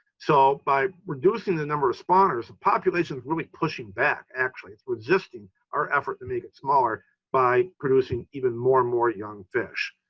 so by reducing the number of spawners, the population is really pushing back actually, it's resisting our effort to make it smaller by producing even more and more young fish.